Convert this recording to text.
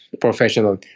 professional